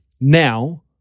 now